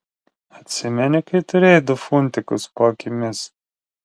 atsimeni kai turėjai du funtikus po akimis